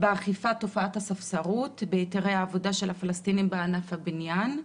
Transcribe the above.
באכיפת תופעת הספסרות בהיתרי העבודה של הפלסטינים בענף הבניין,